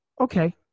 okay